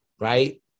right